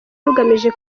rugamije